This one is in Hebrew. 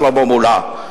שלמה מולה?